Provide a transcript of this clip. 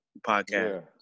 podcast